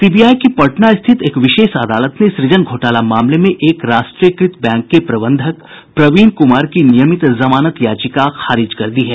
CBI की पटना स्थित एक विशेष अदालत ने सुजन घोटाला मामले में एक राष्ट्रीयकृत बैंक के प्रबंधक प्रवीण कुमार की नियमित जमानत याचिका खारिज कर दी है